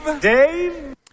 Dave